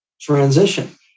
transition